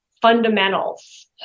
fundamentals